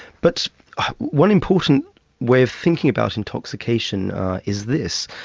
but one important way of thinking about intoxication is this.